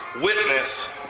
witness